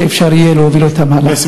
שיהיה אפשר להוביל אותם הלאה.